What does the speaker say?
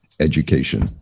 education